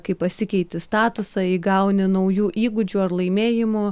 kai pasikeiti statusą įgauni naujų įgūdžių ar laimėjimų